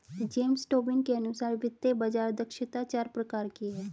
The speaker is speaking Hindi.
जेम्स टोबिन के अनुसार वित्तीय बाज़ार दक्षता चार प्रकार की है